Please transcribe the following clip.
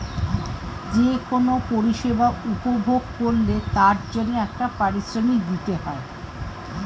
যে কোন পরিষেবা উপভোগ করলে তার জন্যে একটা পারিশ্রমিক দিতে হয়